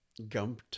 gumped